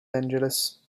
angeles